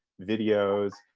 videos,